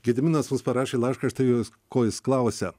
gediminas mums parašė laišką štai jis ko jis klausia